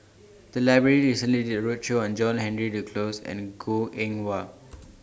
The Library recently did A roadshow on John Henry Duclos and Goh Eng Wah